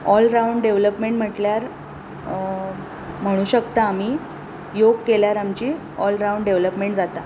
all round development म्हटल्यार म्हणूंक शकता आमी योग केल्यार आमची ऑल रावंड डेवेलॉपमेंट जाता